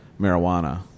marijuana